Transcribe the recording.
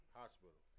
hospital